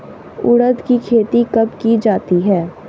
उड़द की खेती कब की जाती है?